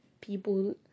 people